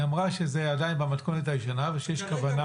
היא אמרה שזה עדיין במתכונת הישנה ושיש כוונה